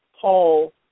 Paul